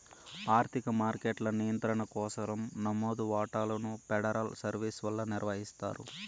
ఆర్థిక మార్కెట్ల నియంత్రణ కోసరం నమోదు వాటాలను ఫెడరల్ సర్వీస్ వల్ల నిర్వహిస్తారు